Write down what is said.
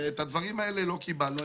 את הדברים האלה לא קבלנו.